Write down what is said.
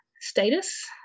status